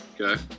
Okay